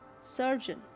surgeon